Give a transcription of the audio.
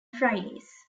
fridays